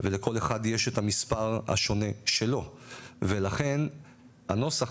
ולכל אחד יש את המספר השונה שלו ולכן הנוסח